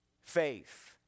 Faith